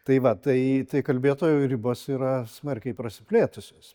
tai va tai tai kalbėtojų ribos yra smarkiai prasiplėtusios